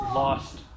lost